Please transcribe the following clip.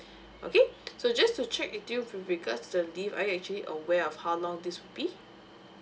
okay so just to check with you with regards to the leave are you actually aware of how long this be